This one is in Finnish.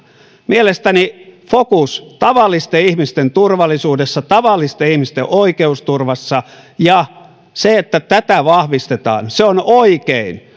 mielestäni fokus tavallisten ihmisten turvallisuudessa tavallisten ihmisten oikeusturvassa ja se että tätä vahvistetaan on oikein